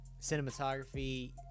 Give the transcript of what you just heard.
cinematography